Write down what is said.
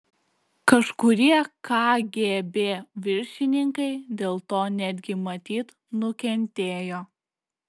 kažkurie kgb viršininkai dėl to netgi matyt nukentėjo